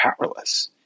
powerless